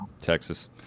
texas